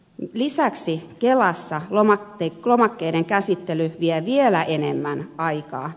lisäksi kelassa lomakkeiden käsittely vie vielä enemmän aikaa